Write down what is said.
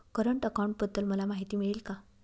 Current अकाउंटबद्दल मला माहिती मिळेल का?